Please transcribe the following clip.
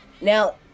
Now